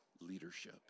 leadership